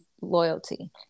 loyalty